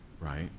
right